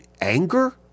anger